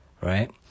right